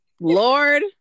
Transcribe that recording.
Lord